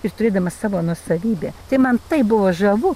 ir turėdama savo nuosavybę tai man taip buvo žavu